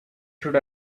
should